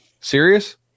serious